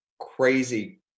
crazy